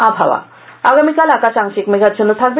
আবহাওয়া আগামীকাল আকাশ আংশিক মেঘাচ্ছন্ন থাকবে